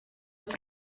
lost